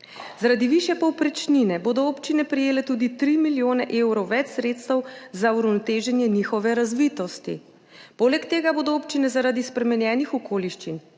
Zaradi višje povprečnine bodo občine prejele tudi tri milijone evrov več sredstev za uravnoteženje njihove razvitosti. Poleg tega bodo občine zaradi spremenjenih okoliščin